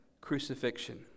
crucifixion